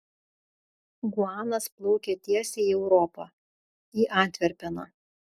guanas plaukia tiesiai į europą į antverpeną